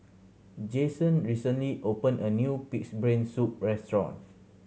Jasen recently opened a new Pig's Brain Soup restaurant